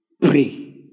pray